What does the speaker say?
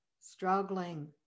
struggling